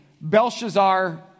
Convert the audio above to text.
Belshazzar